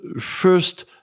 First